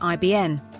IBN